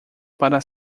para